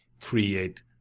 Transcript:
create